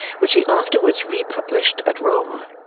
which he afterwards republished at rome.